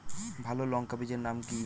ভালো লঙ্কা বীজের নাম কি?